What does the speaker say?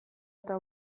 eta